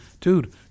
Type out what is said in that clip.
Dude